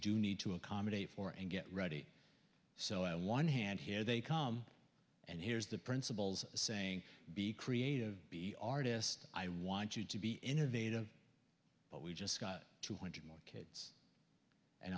do need to accommodate for and get ready so i one hand here they come and here's the principals saying be creative artist i want you to be innovative but we just got two hundred more